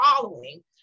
following